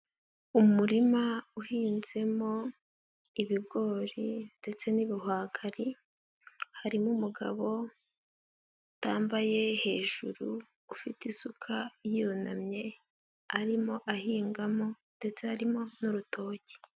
Umurima uhinzemo ibigori ndetse n'ibihwagari. Harimo umugabo utambaye hejuru ufite isuka yunamye arimo ahingamo, ndetse harimo n'urutoki.